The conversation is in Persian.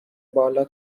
بالا